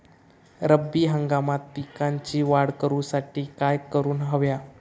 रब्बी हंगामात पिकांची वाढ करूसाठी काय करून हव्या?